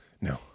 No